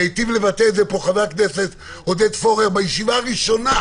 והטיב לבטא את זה פה חבר הכנסת עודד פורר בישיבה הראשונה,